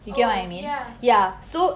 oh ya